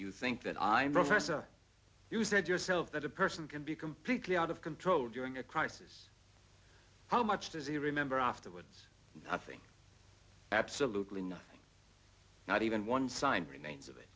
you think that i am professor you said yourself that a person can be completely out of control during a crisis how much does he remember afterwards i think absolutely nothing not even one sign remains of it